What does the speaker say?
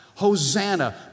Hosanna